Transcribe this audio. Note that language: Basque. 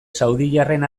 saudiarren